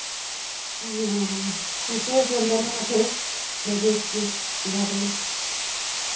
हँ ठीके छै लेना छै भेजै छियै दए देबै